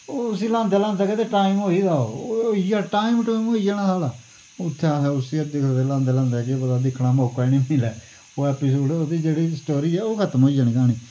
ओ उस्सी ल्हांदे ल्हांदे गै ते टाइम होई दा ओ ओ होइया टाइम टुईम होई जाना साढ़ा उत्थैं असैं गै दिखदे ल्हांदे ल्हांदे केह् पता दिक्खना मौका ही नेईं मिल्लै ओह् एपिसो ओह्दी जेह्ड़ी स्टोरी ऐ ओह् खत्म होई जानी क्हानी